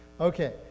Okay